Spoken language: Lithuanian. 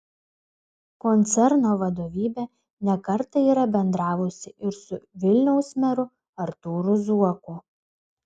koncerno vadovybė ne kartą yra bendravusi ir su vilniaus meru artūru zuoku